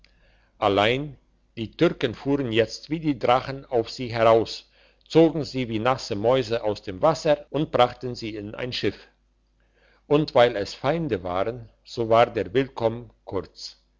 allein die türken fuhren jetzt wie drachen auf sie heraus zogen sie wie nasse mäuse aus dem wasser und brachten sie in ein schiff und weil es feinde waren so war der willkomm kurz